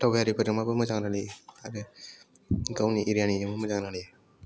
दावबायारिफोरजोंबाबो मोजां रायलायो आरो गावनि एरियानि मोजां रायलायो